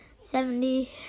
seventy